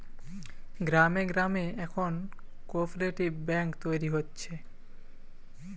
গ্রামে গ্রামে এখন কোপরেটিভ বেঙ্ক তৈরী হচ্ছে